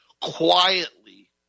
quietly